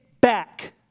back